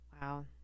Wow